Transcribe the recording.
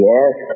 Yes